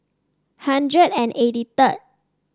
hundred and eighty third